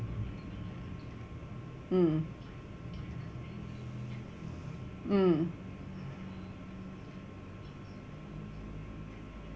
mm mm